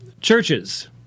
churches